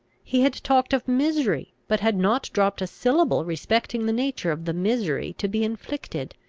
he had talked of misery, but had not dropped a syllable respecting the nature of the misery to be inflicted.